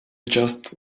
just